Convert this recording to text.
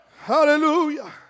Hallelujah